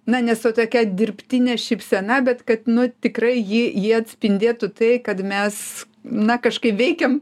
na ne su tokia dirbtine šypsena bet kad nu tikrai ji ji atspindėtų tai kad mes na kažkaip veikiam